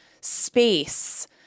space